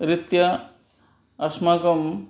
रीत्या अस्माकं